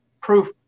Proof